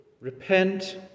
Repent